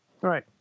right